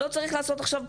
לא צריך לעשות עכשיו פשרות,